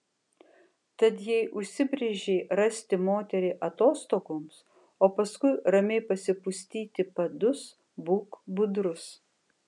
tad jei užsibrėžei rasti moterį atostogoms o paskui ramiai pasipustyti padus būk budrus